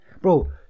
Bro